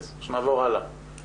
מאוימים מזה שיש ציבור שרוצה שיהיו